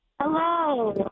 Hello